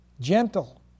gentle